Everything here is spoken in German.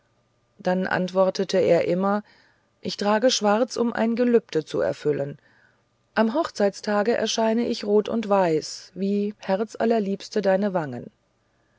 dann antwortete er immer ich trage schwarz um ein gelübde zu erfüllen am hochzeitstage erscheine ich rot und weiß wie herzallerliebste deine wangen